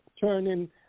turning